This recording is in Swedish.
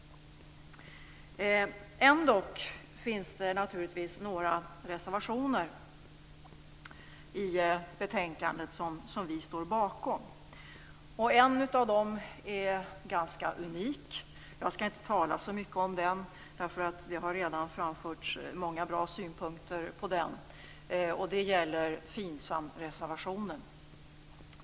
Ändock finns det naturligtvis några reservationer i betänkandet som vi står bakom. En av dem är ganska unik. Jag skall inte tala så mycket om en, därför att det redan framförts många bra synpunkter på den. Det gäller FINSAM-reservationen.